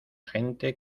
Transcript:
gente